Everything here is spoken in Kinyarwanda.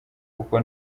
kuko